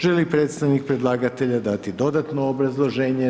Želi li predstavnik predlagatelja dati dodatno obrazloženje?